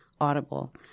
Audible